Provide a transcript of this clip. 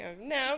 no